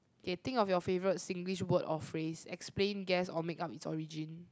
K think of your favourite Singlish word or phrase explain guess or make-up it's origin